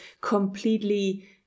completely